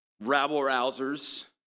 rabble-rousers